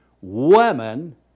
women